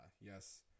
Yes